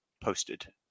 posted